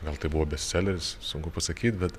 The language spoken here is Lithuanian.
gal tai buvo bestseleris sunku pasakyt bet